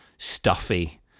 stuffy